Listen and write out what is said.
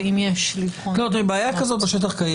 קיימת בעיה כזאת בשטח.